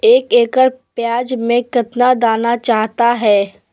एक एकड़ प्याज में कितना दाना चाहता है?